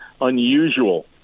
unusual